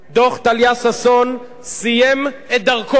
דוח טליה ששון סיים את דרכו.